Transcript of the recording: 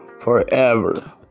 forever